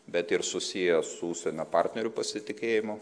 bet ir susiję su užsienio partnerių pasitikėjimu